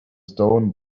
stone